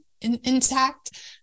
intact